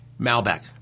Malbec